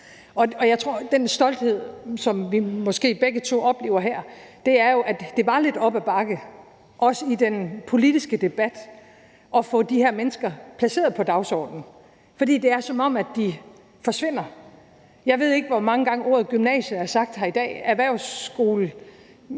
Og jeg tror, at den stolthed, som vi måske begge to oplever her, jo skyldes, at det var lidt op ad bakke, også i den politiske debat, at få de her mennesker placeret på dagsordenen, for det er, som om de forsvinder. Jeg ved ikke, hvor mange gange ordet gymnasier er blevet sagt her i dag, mens erhvervsskolerne